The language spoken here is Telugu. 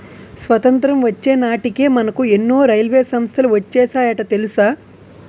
స్వతంత్రం వచ్చే నాటికే మనకు ఎన్నో రైల్వే సంస్థలు వచ్చేసాయట తెలుసా